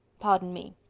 pardon me.